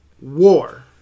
War